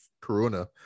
Corona